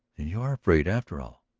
you are afraid, after all?